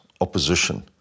opposition